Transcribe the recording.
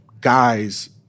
guys